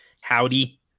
Howdy